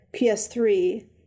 ps3